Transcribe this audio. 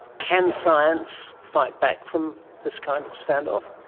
can science fight back from this kind of stand-off?